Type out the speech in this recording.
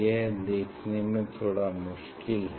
यह देखने में थोड़ा मुश्किल है